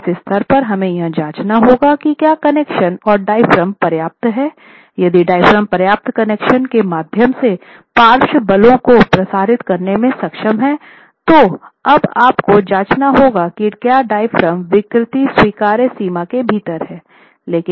तो इस स्तर पर हमें यह जाँचना होगा कि क्या कनेक्शन और डायाफ्राम पर्याप्त है यदि डायाफ्राम पर्याप्त कनेक्शन के माध्यम से पार्श्व बलों को प्रसारित करने में सक्षम है तो अब आपको जाँचना होगा कि क्या डायाफ्राम विकृति स्वीकार्य सीमा के भीतर है